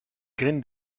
green